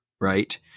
right